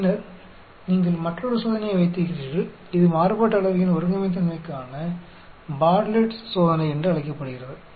பின்னர் நீங்கள் மற்றொரு சோதனையை வைத்திருக்கிறீர்கள் இது மாறுபாட்டு அளவைகளின் ஒருங்கமைத்தன்மைக்கான பார்ட்லெட் சோதனை Bartletts test என்று அழைக்கப்படுகிறது